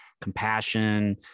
compassion